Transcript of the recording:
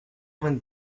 vingt